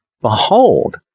Behold